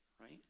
right